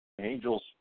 Angels